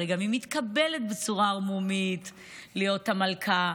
והרי היא גם מתקבלת בצורה ערמומית להיות המלכה.